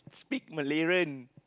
speak malay